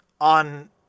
on